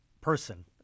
person